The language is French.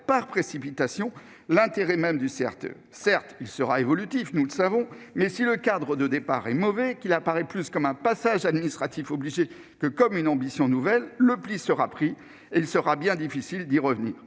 par précipitation l'intérêt même du CRTE. Certes, nous savons qu'il sera évolutif, mais si le cadre de départ est mauvais et qu'il apparaît plus comme un passage administratif obligé que comme une ambition nouvelle, le pli sera pris et il sera bien difficile de revenir